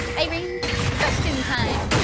bye, brains! question time!